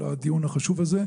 על הדיון החשוב הזה.